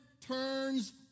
turns